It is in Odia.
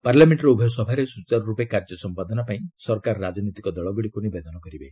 ପାର୍ଲାମେଙ୍କର ଉଭୟ ସଭାରେ ସୁଚାରୁର୍ପେ କାର୍ଯ୍ୟ ସମ୍ପାଦନା ପାଇଁ ସରକାର ରାଜନୈତିକ ଦଳଗୁଡ଼ିକୁ ନିବେଦନ କରିବେ